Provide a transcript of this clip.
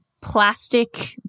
plastic